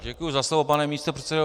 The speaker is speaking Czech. Děkuji za slovo, pane místopředsedo.